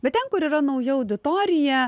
bet ten kur yra nauja auditorija